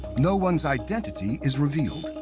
no one's identity is revealed.